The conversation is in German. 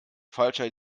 falscher